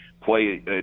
play